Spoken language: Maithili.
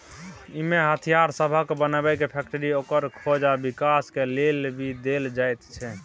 इमे हथियार सबहक बनेबे के फैक्टरी, ओकर खोज आ विकास के लेल भी देल जाइत छै